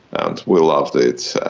and we loved it.